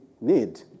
need